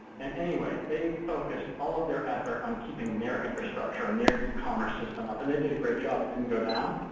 and anyway, they focused all of their effort on keeping their infrastructure and their e-commerce system up. and they did a great job. it didn't go down.